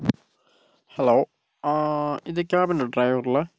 hello ആ ഇത് ക്യാമ്പിന്റെ ഡ്രൈവർ അല്ലെ